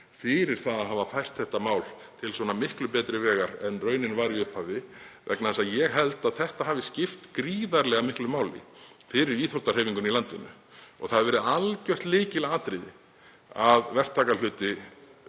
fyrir að hafa fært þetta mál til miklu betri vegar en raunin var í upphafi. Ég held að það hafi skipt gríðarlega miklu máli fyrir íþróttahreyfinguna í landinu. Það hefur verið algjört lykilatriði að verktakahluti